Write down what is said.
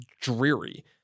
dreary